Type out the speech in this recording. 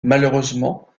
malheureusement